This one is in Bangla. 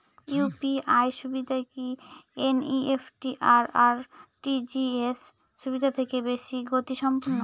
ইউ.পি.আই সুবিধা কি এন.ই.এফ.টি আর আর.টি.জি.এস সুবিধা থেকে বেশি গতিসম্পন্ন?